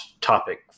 topic